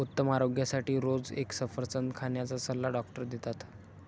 उत्तम आरोग्यासाठी रोज एक सफरचंद खाण्याचा सल्ला डॉक्टर देतात